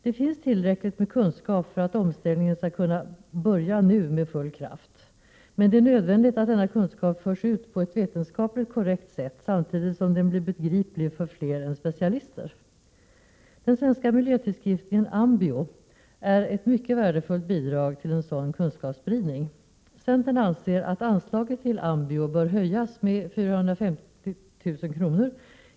Det finns tillräckligt med kunskap för att omställningen skall kunna börja nu med full kraft, men det är nödvändigt att denna kunskap förs ut på ett vetenskapligt korrekt sätt samtidigt som den blir begriplig för fler än specialister. Den svenska miljötidskriften AMBIO är ett mycket värdefullt bidrag till en sådan kunskapsspridning. Centern anser att anslaget till AMBIO bör höjas med 450 000 kr.